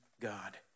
God